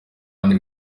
anne